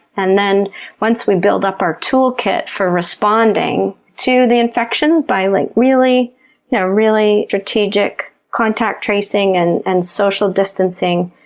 and then once we build up our toolkit for responding to the infections by like really you know really strategic contact tracing, and and social distancing,